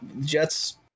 Jets